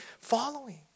following